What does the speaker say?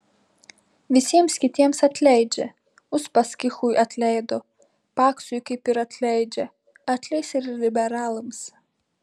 visiems kitiems atleidžia uspaskichui atleido paksui kaip ir atleidžia atleis ir liberalams